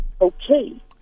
okay